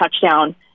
touchdown